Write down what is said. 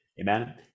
Amen